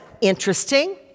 interesting